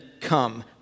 come